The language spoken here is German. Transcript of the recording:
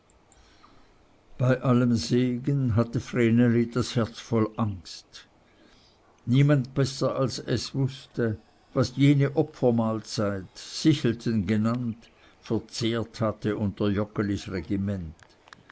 bei allem segen hatte vreneli das herz voll angst niemand besser als es wußte was jene opfermahlzeit sichelten genannt verzehrt hatte unter joggelis regiment